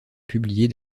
publier